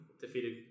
defeated